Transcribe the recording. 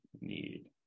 need